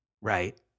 right